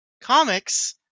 comics